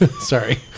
Sorry